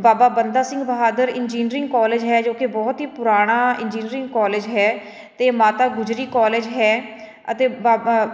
ਬਾਬਾ Banda Singh Bahadur engineering college ਹੈ ਜੋ ਕਿ ਬਹੁਤ ਹੀ ਪੁਰਾਣਾ ਇੰਜੀਨੀਅਰਿੰਗ ਕੋਲਜ ਹੈ ਅਤੇ ਮਾਤਾ ਗੁਜਰੀ ਕੋਲਜ ਹੈ ਅਤੇ ਬਾਬਾ